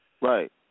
Right